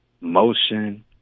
motion